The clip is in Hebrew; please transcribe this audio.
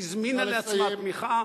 והזמינה לעצמה תמיכה,